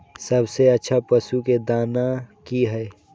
सबसे अच्छा पशु के दाना की हय?